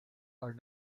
are